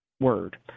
word